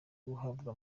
guhabwa